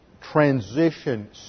transition